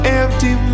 empty